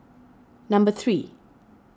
number three